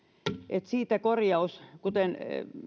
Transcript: että siihen korjaus kuten